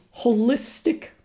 holistic